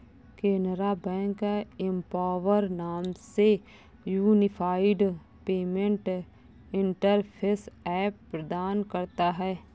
Canara bank empower नाम से unified payment interface app प्रदान करता हैं